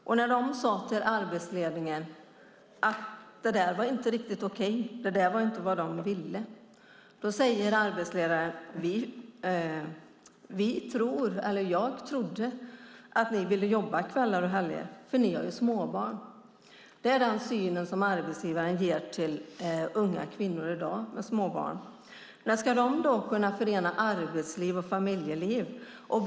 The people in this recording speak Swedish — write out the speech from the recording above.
När de sade till arbetsledaren att detta inte var riktigt okej och inte vad de ville fick de svaret: Jag trodde att ni ville jobba kvällar och helger, för ni har ju småbarn. Det är den syn arbetsgivaren ger till unga kvinnor med småbarn i dag. Ska de kunna kombinera arbetsliv och familjeliv?